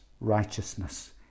righteousness